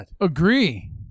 Agree